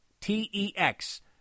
T-E-X